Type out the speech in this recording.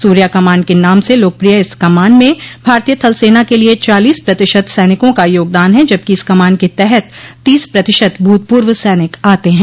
सूर्या कमान के नाम से लोकप्रिय इस कमान में भारतीय थल सेना के लिये चालीस प्रतिशत सैनिकों का योगदान है जबकि इस कमान के तहत तीस प्रतिशत भूतपूर्व सैनिक आते हैं